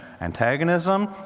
antagonism